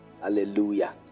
Hallelujah